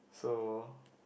though